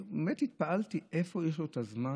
ובאמת התפעלתי: מאיפה יש לו את הזמן?